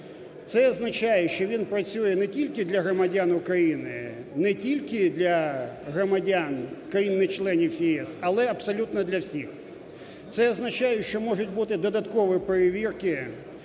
Це означає, що він працює не тільки для громадян України, не тільки для громадян країн-членів ЄС, але абсолютно для всіх. Це означає, що можуть бути додаткові перевірки,